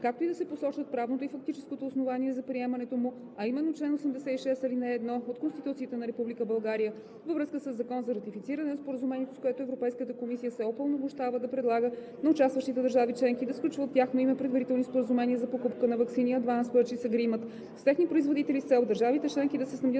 както и да се посочат правното и фактическото основание за приемането му, а именно чл. 86, ал. 1 от Конституцията на Република България във връзка със Закон за ратифициране на Споразумението, с което Европейската комисия се упълномощава да предлага на участващите държави членки и да сключва от тяхно име предварителни споразумения за покупка на ваксини („Advance Purchase Agreement“) с техни производители с цел държавите членки да се снабдят